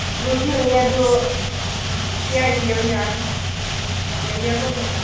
ꯂꯩꯕꯨꯗꯤ ꯂꯩꯌꯦ ꯑꯗꯣ ꯀꯌꯥꯒꯤ ꯑꯣꯏꯅ ꯂꯩꯒꯦꯔꯥ ꯀꯣ ꯅꯪꯅ